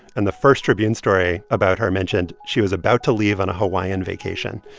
and the first tribune story about her mentioned she was about to leave on a hawaiian vacation.